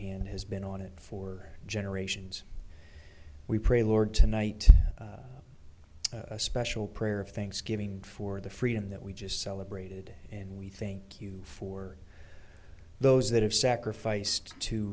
hand has been on it for generations we pray lord tonight a special prayer of thanksgiving for the freedom that we just celebrated and we think you for those that have sacrificed to